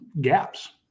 gaps